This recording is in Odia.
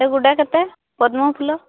ସେଗୁଡ଼ା କେତେ ପଦ୍ମ ଫୁଲ